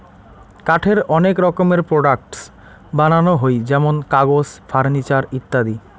কাঠের অনেক রকমের প্রোডাক্টস বানানো হই যেমন কাগজ, ফার্নিচার ইত্যাদি